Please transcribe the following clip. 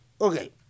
Okay